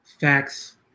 facts